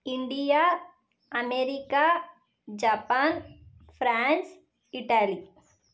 India America Japan France Italy